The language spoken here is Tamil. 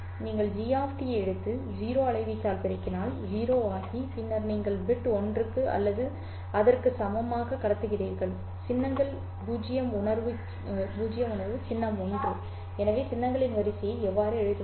நீங்கள் ஜி டி எடுத்து 0 அலைவீச்சால் பெருக்கினால் 0 ஆகி பின்னர் நீங்கள் பிட் ஒன்று அல்லது அதற்கு சமமாக கடத்துகிறீர்கள் சின்னங்கள் 0 உணர்வு சின்னம் 1 எனவே சின்னங்களின் வரிசையை எவ்வாறு எழுதுவது